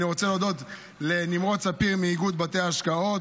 אני רוצה להודות לנמרוד ספיר מאיגוד בתי ההשקעות,